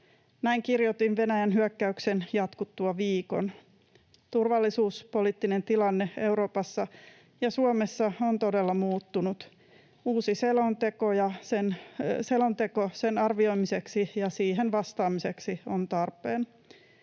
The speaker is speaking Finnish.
Näin kirjoitin Venäjän hyökkäyksen jatkuttua viikon. Turvallisuuspoliittinen tilanne Euroopassa ja Suomessa on todella muuttunut. Uusi selonteko sen arvioimiseksi ja siihen vastaamiseksi on tarpeen.